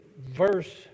verse